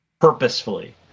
purposefully